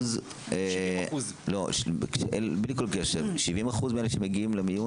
70% מאלה שמגיעים למיון